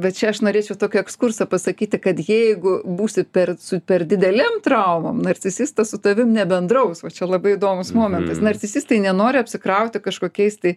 bet čia aš norėčiau tokį ekskursą pasakyti kad jeigu būsi per su per didelėm traumom narcisistas su tavim nebendraus va čia labai įdomus momentas narcisistai nenori apsikrauti kažkokiais tai